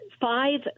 five